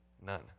none